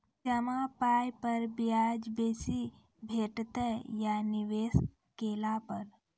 जमा पाय पर ब्याज बेसी भेटतै या निवेश केला पर?